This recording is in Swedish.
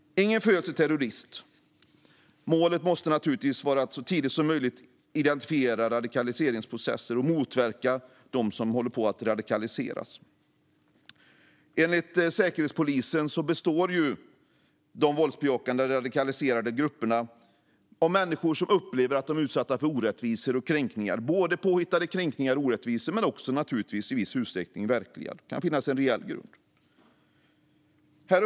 Ingen föds till terrorist. Målet måste naturligtvis vara att så tidigt som möjligt identifiera radikaliseringsprocesser och att motverka dem som håller på att radikaliseras. Enligt Säkerhetspolisen består de våldsbejakande radikaliserade grupperna av människor som upplever att de är utsatta för orättvisor och kränkningar, både påhittade och i viss utsträckning verkliga - det kan finnas en reell grund.